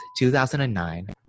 2009